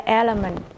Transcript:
element